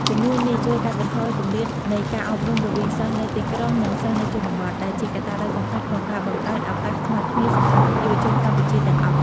ជំនួយនេះជួយកាត់បន្ថយគម្លាតនៃការអប់រំរវាងសិស្សនៅទីក្រុង និងសិស្សនៅជនបទ ដែលជាកត្តាដ៏សំខាន់ក្នុងការបង្កើតឱកាសស្មើគ្នាសម្រាប់យុវជនកម្ពុជាទាំងអស់។